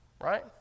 Right